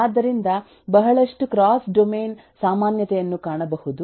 ಆದ್ದರಿಂದ ಬಹಳಷ್ಟು cross domain ಸಾಮಾನ್ಯತೆಯನ್ನು ಕಾಣಬಹುದು